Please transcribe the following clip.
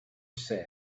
sale